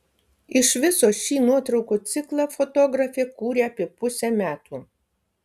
iš viso šį nuotraukų ciklą fotografė kūrė apie pusę metų